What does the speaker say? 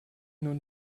nun